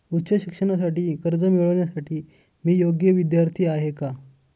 उच्च शिक्षणासाठी कर्ज मिळविण्यासाठी मी योग्य विद्यार्थी आहे का?